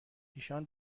ایشان